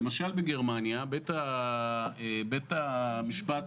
בית המשפט